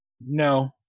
no